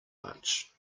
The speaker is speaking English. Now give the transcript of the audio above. much